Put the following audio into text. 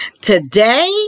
Today